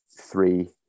three